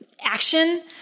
action